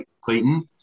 Clayton